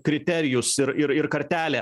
kriterijus ir ir ir kartelė